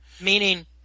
Meaning